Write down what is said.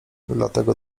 dlatego